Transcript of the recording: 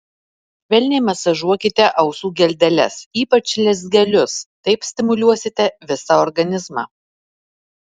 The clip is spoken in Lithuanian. švelniai masažuokite ausų geldeles ypač lezgelius taip stimuliuosite visą organizmą